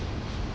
orh